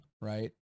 right